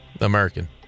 American